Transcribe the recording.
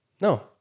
No